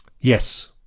Yes